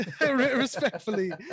respectfully